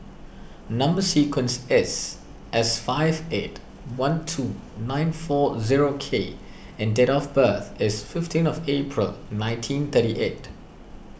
Number Sequence is S five eight one two nine four zero K and date of birth is fifteen of April nineteen thirty eight